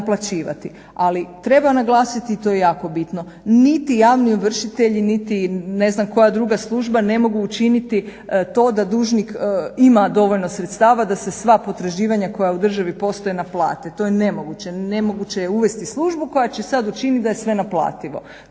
Ali treba naglasiti, to je jako bitno, niti javni ovršitelji niti ne znam koja druga služba ne mogu učiniti to da dužnik ima dovoljno sredstava da se sva potraživanja koja u državi postoje naplate. To je nemoguće, nemoguće je uvesti službu koja će sad učiniti da je sve naplativo.